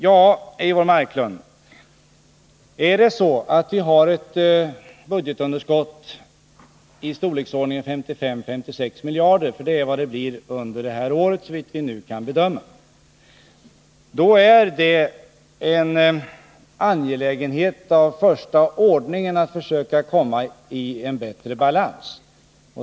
Ja, Eivor Marklund, är det så att vi har ett budgetunderskott i storleksordningen 55-56 miljarder, för det är vad det blir under det här året, Nr 54 såvitt vi kan bedöma, är det en angelägenhet av första ordningen att försöka komma i bättre balans.